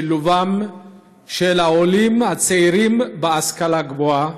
שילובם של העולים הצעירים בהשכלה הגבוהה.